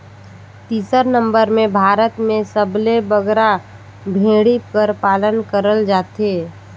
तीसर नंबर में भारत में सबले बगरा भेंड़ी कर पालन करल जाथे